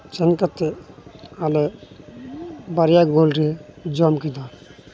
ᱥᱮᱱ ᱠᱟᱛᱮ ᱟᱞᱮ ᱵᱟᱨᱭᱟ ᱜᱳᱞ ᱞᱮ ᱡᱚᱢ ᱠᱮᱫᱟ